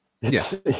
Yes